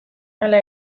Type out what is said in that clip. hala